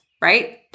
right